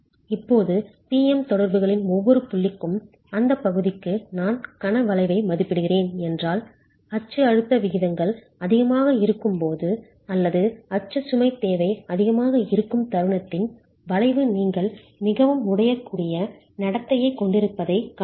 இப்போது P M தொடர்புகளின் ஒவ்வொரு புள்ளிக்கும் அந்த பகுதிக்கு நான் கண வளைவை மதிப்பிடுகிறேன் என்றால் அச்சு அழுத்த விகிதங்கள் அதிகமாக இருக்கும் போது அல்லது அச்சு சுமை தேவை அதிகமாக இருக்கும் தருணத்தின் வளைவு நீங்கள் மிகவும் உடையக்கூடிய நடத்தையைக் கொண்டிருப்பதைக் காண்பீர்கள்